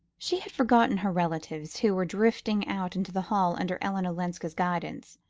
she had forgotten her relatives, who were drifting out into the hall under ellen olenska's guidance.